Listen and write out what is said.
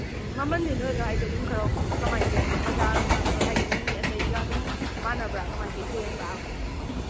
ꯎꯝ ꯃꯃꯜꯁꯦ ꯅꯣꯏ ꯑꯗꯨꯋꯥꯏꯗꯣ ꯑꯗꯨꯝ ꯈꯔ ꯀꯃꯥꯏꯅ ꯇꯧꯏ ꯕꯖꯥꯔꯒ ꯍꯥꯏꯗꯤ ꯃꯤ ꯑꯇꯩꯒ ꯑꯗꯨꯝ ꯃꯥꯟꯅꯕ꯭ꯔꯥ ꯀꯃꯥꯏꯅ ꯇꯧꯏ ꯍꯣꯡꯕ꯭ꯔꯕ